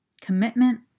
commitment